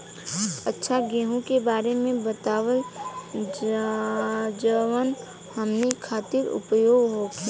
अच्छा गेहूँ के बारे में बतावल जाजवन हमनी ख़ातिर उपयोगी होखे?